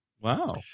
Wow